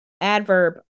adverb